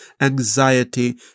anxiety